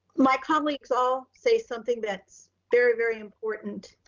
my colleagues all say something that's very, very important,